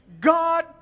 God